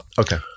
okay